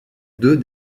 deux